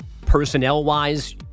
Personnel-wise